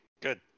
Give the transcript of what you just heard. Good